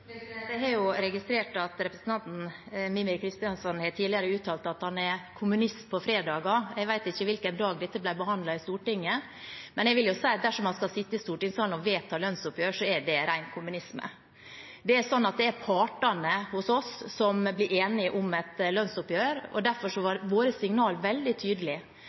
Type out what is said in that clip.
Jeg har registrert at representanten Mímir Kristjánsson tidligere har uttalt at han er kommunist på fredager. Jeg vet ikke hvilken dag dette ble behandlet i Stortinget, men jeg vil si at dersom man skal sitte i stortingssalen og vedta lønnsoppgjør, er det ren kommunisme. Det er partene hos oss som blir enige om et lønnsoppgjør, og derfor var våre signal veldig